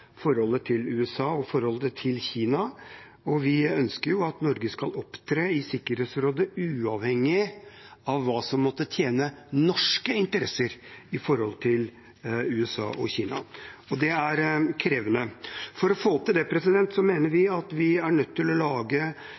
forholdet til USA og forholdet til Kina. Vi ønsker at Norge skal opptre i Sikkerhetsrådet uavhengig av hva som måtte tjene norske interesser i forholdet til USA og Kina, og det er krevende. For å få til det mener vi at vi er nødt til å lage